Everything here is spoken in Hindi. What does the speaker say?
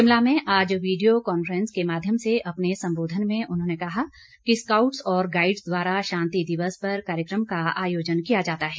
शिमला में आज विडियो कांफ्रेस के माध्यम से अपने संबोधन में उन्होंने कहा कि स्काउटस और गाईडस द्वारा शांति दिवस पर कार्यक्रम का आयोजन किया जाता है